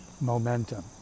momentum